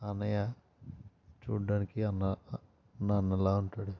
అన్నయ్య చూడ్డానికి అన్న నాన్నలా ఉంటాడు